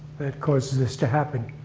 causes this to happen?